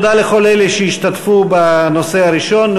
תודה לכל אלה שהשתתפו בנושא הראשון,